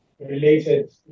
related